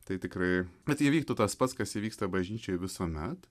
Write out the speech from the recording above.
tai tikrai net jei įvyktų tas pats kas įvyksta bažnyčiai visuomet